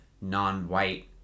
non-white